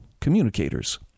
communicators